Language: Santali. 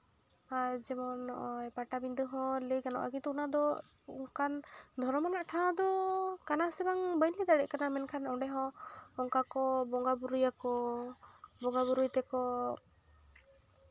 ᱟᱨ ᱡᱮᱢᱚᱱ ᱱᱚᱜᱼᱚᱭ ᱯᱟᱴᱟᱵᱤᱸᱫᱟᱹ ᱦᱚᱸ ᱞᱟᱹᱭ ᱜᱟᱱᱚᱜᱼᱟ ᱠᱤᱱᱛᱩ ᱚᱱᱟ ᱫᱚ ᱚᱱᱠᱟᱱ ᱫᱷᱚᱨᱚᱢᱟᱱᱟᱜ ᱴᱷᱟᱶ ᱫᱚ ᱠᱟᱱᱟ ᱥᱮ ᱵᱟᱝ ᱵᱟᱹᱧ ᱞᱟᱹᱭ ᱫᱟᱲᱮᱭᱟᱜ ᱠᱟᱱᱟ ᱢᱮᱱᱠᱷᱟᱱ ᱚᱸᱰᱮ ᱦᱚᱸ ᱚᱱᱠᱟ ᱠᱚ ᱵᱚᱸᱜᱟ ᱵᱳᱨᱳᱭᱟᱠᱚ ᱵᱚᱸᱜᱟ ᱵᱳᱨᱳᱭ ᱛᱮᱠᱚ